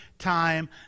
time